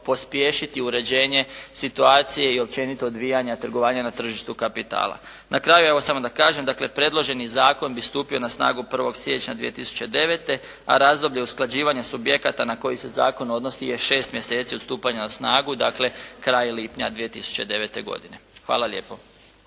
pospješiti uređenje situacije i općenito odvijanja trgovanja na tržištu kapitala. Na kraju evo samo da kažem. Dakle, predloženi zakon bi stupio na snagu 1. siječnja 2009., a razdoblje usklađivanja subjekata na koji se zakon odnosi je 6 mjeseci od stupanja na snagu. Dakle, kraj lipnja 2009. godine. Hvala lijepo.